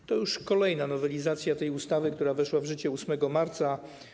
To jest już kolejna nowelizacja tej ustawy, która weszła w życie 8 marca.